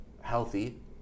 healthy